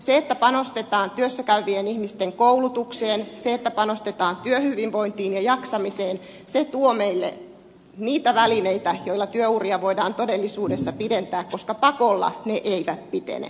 se että panostetaan työssä käyvien ihmisten koulutukseen se että panostetaan työhyvinvointiin ja jaksamiseen tuo meille niitä välineitä joilla työuria voidaan todellisuudessa pidentää koska pakolla ne eivät pitene